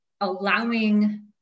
allowing